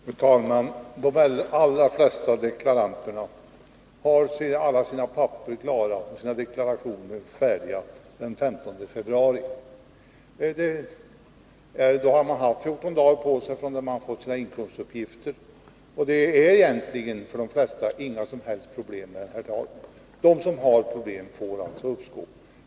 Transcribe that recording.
Fru talman! De allra flesta deklaranter har alla sina handlingar och sina deklarationer färdiga den 15 februari. Då har de haft 14 dagar på sig från det att de fått sina inkomstuppgifter. För de flesta är det egentligen inga som helst problem med den nu gällande tidpunkten, och de som har problem får alltså uppskov.